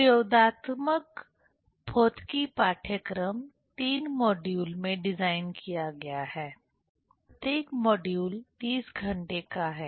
प्रयोगात्मक भौतिकी पाठ्यक्रम 3 मॉड्यूल में डिज़ाइन किया गया है प्रत्येक मॉड्यूल 30 घंटे का है